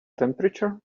temperature